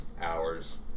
hours